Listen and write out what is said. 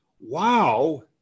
wow